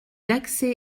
d’accès